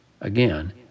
again